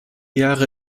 jahre